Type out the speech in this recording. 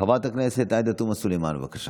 חברת הכנסת עאידה תומא סלימאן, בבקשה.